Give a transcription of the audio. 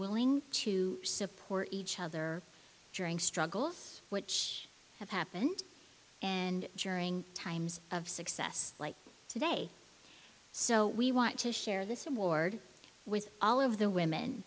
willing to support each other during struggles which have happened and during times of success like today so we want to share this award with all of the women